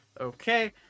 Okay